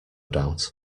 doubt